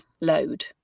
load